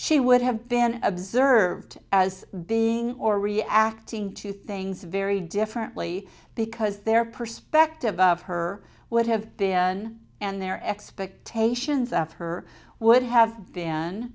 she would have been observed as being or reacting to things very differently because their perspective of her would have been and their expectations of her would have been